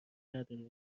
نداره